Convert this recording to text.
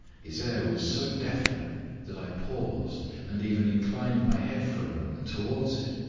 his air was so definite that i paused and even inclined my head for a moment towards it.